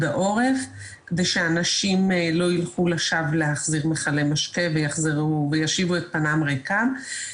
העורף כדי שאנשים לא ילכו לשווא להחזיר מכלי משקה וישיבו את פניהם ריקם.